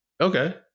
okay